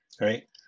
right